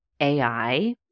AI